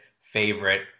favorite